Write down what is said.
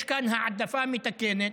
יש כאן העדפה מתקנת,